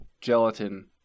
gelatin